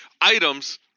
items